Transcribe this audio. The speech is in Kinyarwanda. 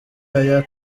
aye